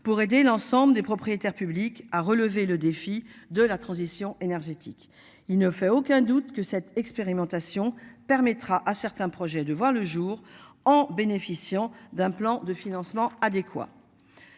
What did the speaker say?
pour aider l'ensemble des propriétaires publics à relever le défi de la transition énergétique, il ne fait aucun doute que cette expérimentation permettra à certains projets de voir le jour en bénéficiant d'un plan de financement adéquat.